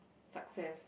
success